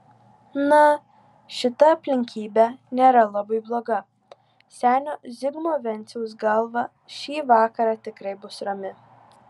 na šita aplinkybė nėra labai bloga senio zigmo venciaus galva šį vakarą tikrai bus rami